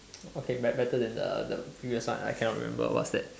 okay but better than the the previous one I cannot remember what's that